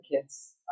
kids